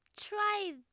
try